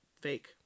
fake